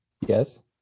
Yes